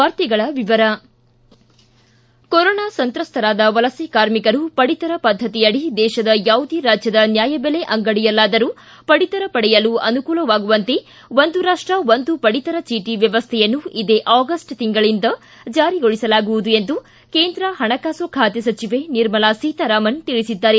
ವಾರ್ತೆಗಳ ವಿವರ ಕೊರೋನಾ ಸಂತ್ರಸ್ತರಾದ ವಲಸೆ ಕಾರ್ಮಿಕರು ಪಡಿತರಪದ್ದತಿಯಡಿ ದೇಶದ ಯಾವುದೇ ರಾಜ್ಯದ ನ್ಯಾಯದೆಲೆ ಅಂಗಡಿಯಲ್ಲಾದರೂ ಪಡಿತರ ಪಡೆಯಲು ಅನುಕೂಲವಾಗುವಂತೆ ಒಂದು ರಾಷ್ಷ ಒಂದು ಪಡಿತರ ಚೀಟ ವ್ಯವಸ್ಥೆಯನ್ನು ಇದೇ ಆಗಸ್ಟ್ ತಿಂಗಳಿಂದ ಜಾರಿಗೊಳಿಸಲಾಗುವುದು ಎಂದು ಕೇಂದ್ರ ಪಣಕಾಸು ಖಾತೆ ಸಚಿವೆ ನಿರ್ಮಲಾ ಸೀತಾರಾಮನ್ ತಿಳಿಸಿದ್ದಾರೆ